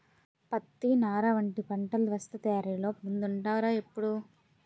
పత్తి, నార వంటి పంటలు వస్త్ర తయారీలో ముందుంటాయ్ రా ఎప్పుడూ